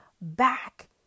back